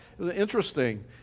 interesting